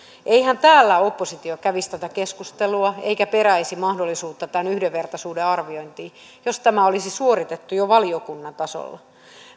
eihän täällä oppositio kävisi tätä keskustelua eikä peräisi mahdollisuutta tämän yhdenvertaisuuden arviointiin jos tämä olisi suoritettu jo valiokunnan tasolla